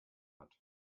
hat